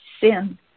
sin